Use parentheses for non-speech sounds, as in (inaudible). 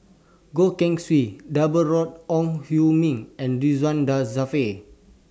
Goh Keng Swee Deborah Ong Hui Min and (unintelligible) Dzafir